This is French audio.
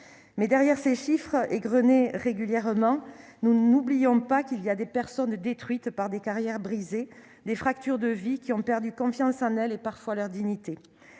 mais derrière ces chiffres égrenés régulièrement nous n'oublions pas qu'il y a des personnes détruite par des carrières brisées, des fractures de vie qui ont perdu confiance en elles et parfois leur dignité,